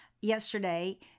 yesterday